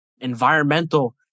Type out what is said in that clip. environmental